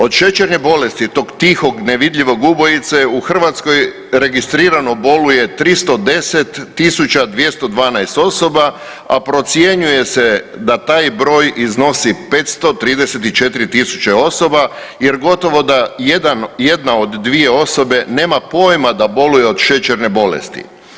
Od šećerne bolesti, tog tihog nevidljivog ubojice u Hrvatskoj registrirano boluje 310.212 osoba, a procjenjuje se da taj broj iznosi 534.000 osoba jer gotovo da jedan, jedna od dvije osobe nema pojima da boluje od šećerne bolesti.